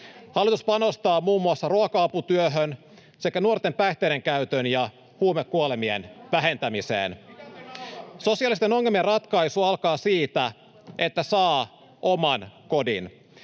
Hallitus panostaa muun muassa ruoka-aputyöhön sekä nuorten päihteidenkäytön ja huumekuolemien vähentämiseen. [Naurua vasemmalta — Sebastian Tynkkynen: